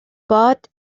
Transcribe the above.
باد